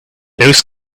those